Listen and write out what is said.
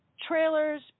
trailers